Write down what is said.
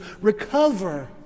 Recover